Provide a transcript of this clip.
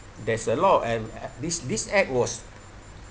there's a lot and this this act was